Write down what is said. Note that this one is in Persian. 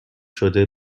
شده